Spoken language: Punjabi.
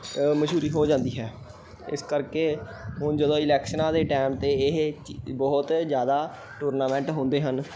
ਮਸ਼ਹੂਰੀ ਹੋ ਜਾਂਦੀ ਹੈ ਇਸ ਕਰਕੇ ਹੁਣ ਜਦੋਂ ਇਲੈਕਸ਼ਨਾਂ ਦੇ ਟਾਈਮ 'ਤੇ ਇਹ ਚੀ ਬਹੁਤ ਜ਼ਿਆਦਾ ਟੂਰਨਾਮੈਂਟ ਹੁੰਦੇ ਹਨ